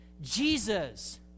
Jesus